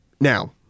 Now